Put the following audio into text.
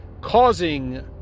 causing